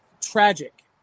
tragic